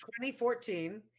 2014